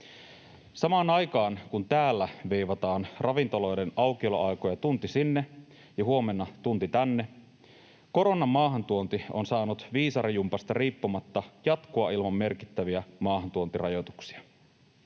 Samaan aikaan, kun täällä veivataan ravintoloiden aukioloaikoja tunti sinne ja huomenna tunti tänne, koronan maahantuonti on saanut viisarijumpasta riippumatta jatkua ilman merkittäviä maahantuontirajoituksia.